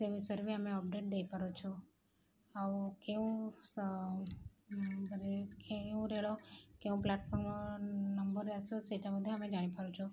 ସେ ବିଷୟରେ ବି ଆମେ ଅପଡେଟ୍ ଦେଇପାରୁଛୁ ଆଉ କେଉଁ କେଉଁ ରେଳ କେଉଁ ପ୍ଲାଟଫର୍ମ ନମ୍ବରରେ ଆସିବ ସେଇଟା ମଧ୍ୟ ଆମେ ଜାଣିପାରୁଛୁ